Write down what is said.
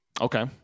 Okay